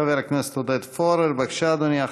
חבר הכנסת עודד פורר, בבקשה, אדוני.